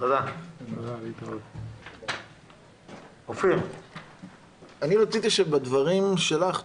אני רציתי שבדברים שלך,